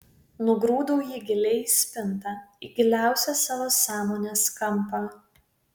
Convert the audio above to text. nugrūdau jį giliai į spintą į giliausią savo sąmonės kampą